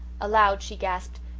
aloud she gasped,